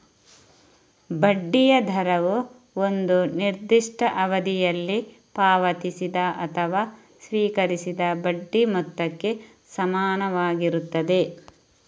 ಬಡ್ಡಿಯ ದರವು ಒಂದು ನಿರ್ದಿಷ್ಟ ಅವಧಿಯಲ್ಲಿ ಪಾವತಿಸಿದ ಅಥವಾ ಸ್ವೀಕರಿಸಿದ ಬಡ್ಡಿ ಮೊತ್ತಕ್ಕೆ ಸಮಾನವಾಗಿರುತ್ತದೆ